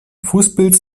fußpilz